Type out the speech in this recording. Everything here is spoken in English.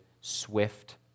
swift